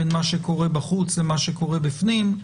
בין מה שקורה בחוץ למה שקורה בפנים.